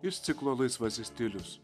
iš ciklo laisvasis stilius